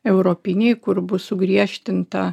europiniai kur bus sugriežtinta